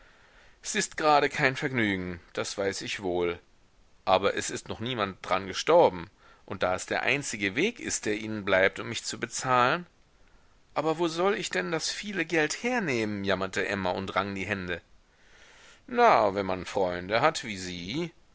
s ist grade kein vergnügen das weiß ich wohl aber es ist noch niemand dran gestorben und da es der einzige weg ist der ihnen bleibt um mich zu bezahlen aber wo soll ich denn das viele geld hernehmen jammerte emma und rang die hände na wenn man freunde hat wie sie